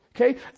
Okay